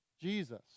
Jesus